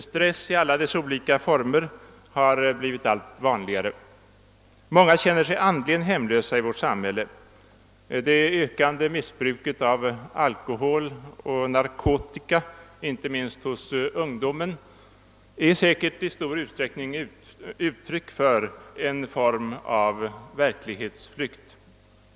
Stress i alla dess olika former har blivit allt vanligare. Många känner sig andligen hemlösa i vårt samhälle. Det ökande missbruket av alkohol och narkotika, inte minst bland ungdomen, är säkert i stor utsträckning ett uttryck för en form av verklighetsflykt.